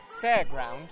fairground